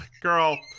Girl